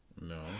No